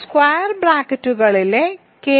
square ബ്രാക്കറ്റുകളിലെ K colon F ആണ്